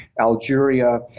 Algeria